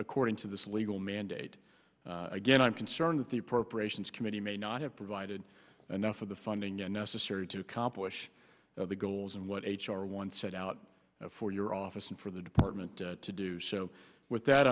according to this legal mandate again i'm concerned that the appropriations committee may not have provided enough of the funding necessary to accomplish the goals and what h r once set out for your office and for the department to do so with that